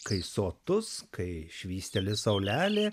kai sotus kai švysteli saulelė